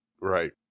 Right